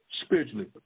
spiritually